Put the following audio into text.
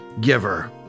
giver